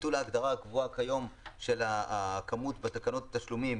ביטול ההגדרה הקבועה כיום של הכמות בתקנות התשלומים.